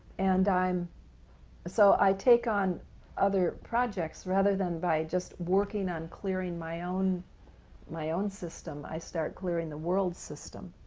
and um so i take on other projects rather than by just working on clearing my own my own system, i start clearing the world system,